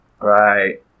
Right